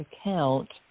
account